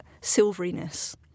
silveryness